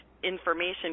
information